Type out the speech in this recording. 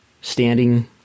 standing